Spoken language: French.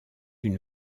une